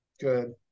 Good